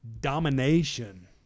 domination